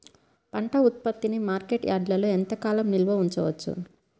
పంట ఉత్పత్తిని మార్కెట్ యార్డ్లలో ఎంతకాలం నిల్వ ఉంచవచ్చు?